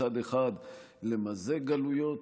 מצד אחד למזג גלויות,